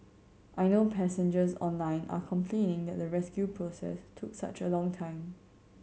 I know passengers online are complaining that the rescue process took such a long time